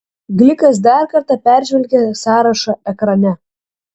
glikas dar kartą peržvelgė sąrašą ekrane